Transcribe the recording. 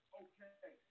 okay